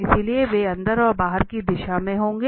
इसलिए वे अंदर और बाहर की दिशा में होंगे